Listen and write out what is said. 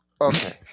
Okay